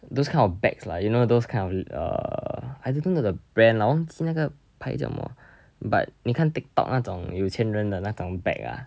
those kind of bags lah you know those kind of err I don't even know the brand lah 那是那个牌叫什么 but 你看 tiktok 那种有钱人的那种 bag ah